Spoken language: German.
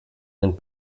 einen